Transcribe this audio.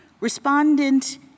Respondent